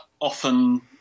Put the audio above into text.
often